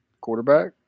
Quarterback